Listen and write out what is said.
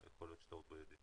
--- למה לא?